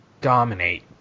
Dominate